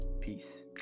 Peace